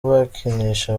bakinisha